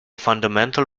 fundamental